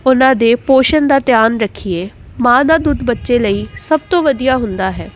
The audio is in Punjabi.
ਉਹਨਾਂ ਦੇ ਪੋਸ਼ਣ ਦਾ ਧਿਆਨ ਰੱਖੀਏ ਮਾਂ ਦਾ ਦੁੱਧ ਬੱਚੇ ਲਈ ਸਭ ਤੋਂ ਵਧੀਆ ਹੁੰਦਾ ਹੈ